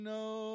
no